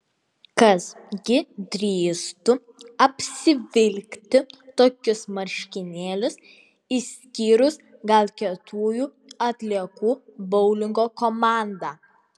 kas gi drįstų apsivilkti tokius marškinėlius išskyrus gal kietųjų atliekų boulingo komandą